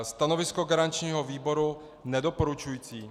Stanovisko garančního výboru je nedoporučující.